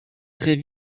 très